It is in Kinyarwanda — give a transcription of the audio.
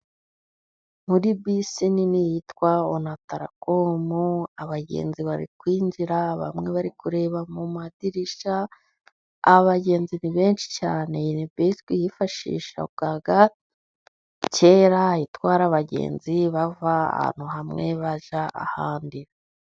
Muri bisi nini yitwa, Unataracom abagenzi bari kwinjira, bamwe bari kureba mu madirishya, abagenzi ni benshi cyane, bisi yifashishwaga, kera itwara abagenzi, bava ahantu hamwe bajya, ahandi.